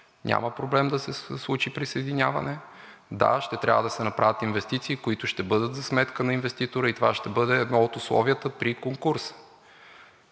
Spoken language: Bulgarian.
няма проблем да се случи присъединяване. Да, ще трябва да се направят инвестиции, които ще бъдат за сметка на инвеститора и това ще бъде едно от условията при конкурса.